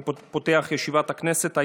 אני פותח את ישיבת הכנסת.